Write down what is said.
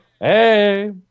Hey